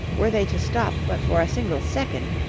were they to stop but for a single second,